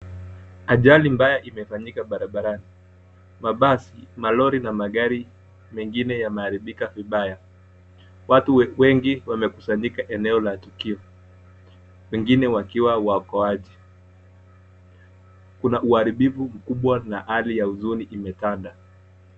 Ajali mbaya imefanyika barabarani. Mabasi, malori na magari mengine yameharibika vibaya. Watu wengi wamekusanyika eneo la tukio wengine wakiwa waokoaji. Kuna Uharibifu mkubwa na hali ya huzuni imetanda.